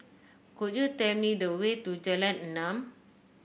could you tell me the way to Jalan Enam